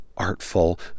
artful